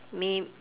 may